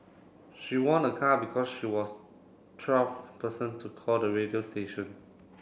she won a car because she was twelve person to call the radio station